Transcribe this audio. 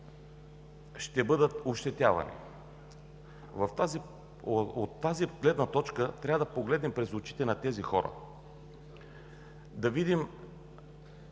ще бъдат ощетявани. От тази гледна точка трябва да погледнем през очите на хората. Да видим